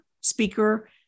speaker